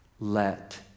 Let